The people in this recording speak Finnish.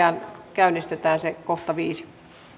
käynnistetään se kohta viisi